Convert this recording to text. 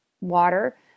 water